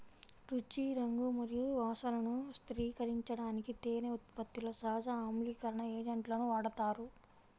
రుచి, రంగు మరియు వాసనను స్థిరీకరించడానికి తేనె ఉత్పత్తిలో సహజ ఆమ్లీకరణ ఏజెంట్లను వాడతారు